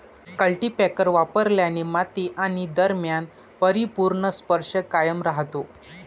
cultipacker वापरल्याने माती आणि दरम्यान परिपूर्ण स्पर्श कायम राहतो